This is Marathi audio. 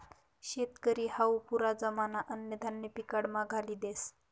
शेतकरी हावू पुरा जमाना अन्नधान्य पिकाडामा घाली देस